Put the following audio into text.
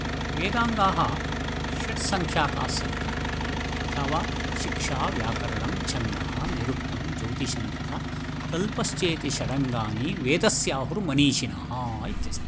वेदाङ्गाः षट्संख्यकाः सन्ति यथा वा शिक्षा व्याकरणं छन्दः निरुक्तं ज्योतिषां तथा कल्पश्चेति षडङ्गानि वेदस्याहुर्मनीषिणः इति अस्ति